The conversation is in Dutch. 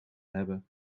hebben